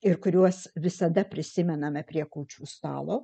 ir kuriuos visada prisimename prie kūčių stalo